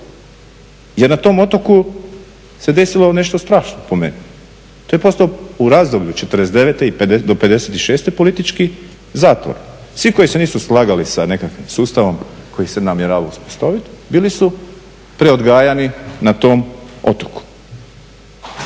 Jer na tome otoku se desilo nešto strašno po meni, to je postalo u razdoblju '49. do '56. politički zatvor. Svi koji se nisu slagali sa nekakvim sustavom koji se namjeravao uspostaviti bili su preodgajani na tom otoku.